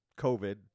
covid